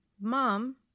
Mom